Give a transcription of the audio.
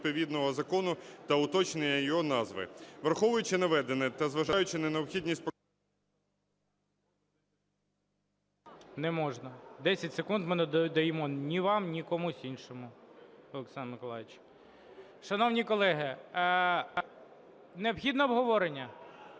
Не можна. 10 секунд ми не надаємо ні вам, ні комусь іншому, Олександр Миколайович. Шановні колеги, необхідне обговорення?